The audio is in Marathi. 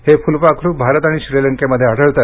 हे फुलपाखरु भारत आणि श्रीलंकेमध्ये आढळते